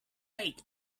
take